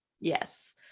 yes